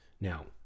now